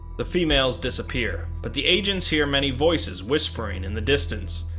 the females disappear, but the agents hear many voices whispering in the distance,